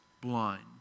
blind